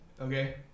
Okay